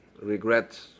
Regret